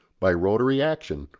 by rotary action,